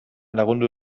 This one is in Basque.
lagundu